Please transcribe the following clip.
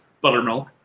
buttermilk